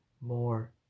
more